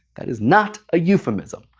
that is not a euphemism.